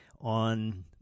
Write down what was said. on